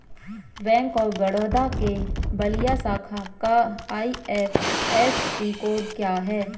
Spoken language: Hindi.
बैंक ऑफ बड़ौदा के बलिया शाखा का आई.एफ.एस.सी कोड क्या है?